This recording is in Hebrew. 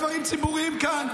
גם דברים ציבוריים כאן.